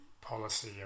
policy